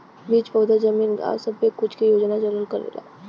बीज पउधा जमीन गाव सब्बे कुछ के योजना चलल करेला